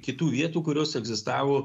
kitų vietų kurios egzistavo